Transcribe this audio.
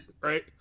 right